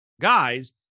guys